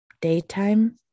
Daytime